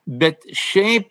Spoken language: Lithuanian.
bet šiaip